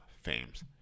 Fames